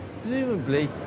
presumably